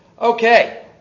Okay